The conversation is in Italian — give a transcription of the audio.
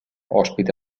ospita